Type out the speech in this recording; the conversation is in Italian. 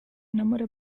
innamora